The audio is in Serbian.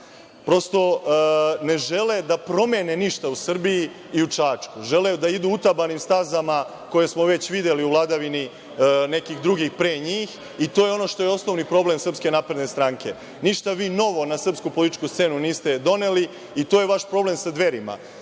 Prosto, ne žele da promene ništa u Srbiji i u Čačku. Žele da idu utabanim stazama koje smo već videli u vladavini nekih drugih pre njih, i to je ono što je osnovni problem SNS. Ništa vi novo na srpsku političku scenu niste doneli i to je vaš problem sa Dverima.